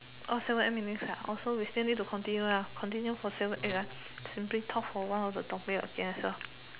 orh seven eight minute ah so we still need to continue lah continue for seven eight lah simply talk awhile for one of the topic as well so